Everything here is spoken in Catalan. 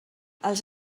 els